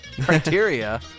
Criteria